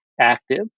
active